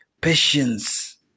patience